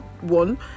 one